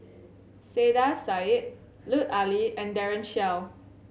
Saiedah Said Lut Ali and Daren Shiau